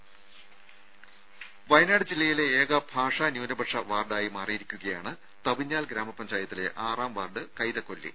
രുര വയനാട് ജില്ലയിലെ ഏക ഭാഷാ ന്യൂനപക്ഷ വാർഡായി മാറിയിരിക്കുകയാണ് തവിഞ്ഞാൽ ഗ്രാമപഞ്ചായത്തിലെ ആറാം വാർഡ് കൈതക്കൊല്ലി